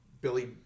Billy